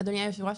אדוני היושב ראש,